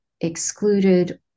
excluded